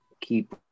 keep